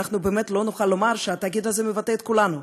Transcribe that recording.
אנחנו באמת לא נוכל לומר שהתאגיד הזה מבטא את כולנו.